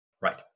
Right